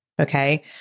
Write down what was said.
Okay